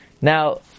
Now